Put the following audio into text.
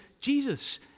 Jesus